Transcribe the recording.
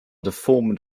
deformed